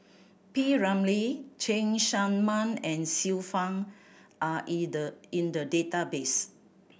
P Ramlee Cheng Tsang Man and Xiu Fang are the in the database